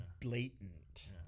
blatant